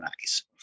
nice